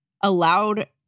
allowed